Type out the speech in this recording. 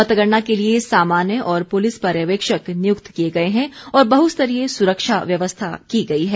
मतगणना के लिए सामान्य और पुलिस पर्यवेक्षक नियुक्त किए गए हैं और बहुस्तरीय सुरक्षा व्यवस्था की गई है